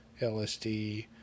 LSD